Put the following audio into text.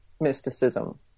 mysticism